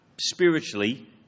spiritually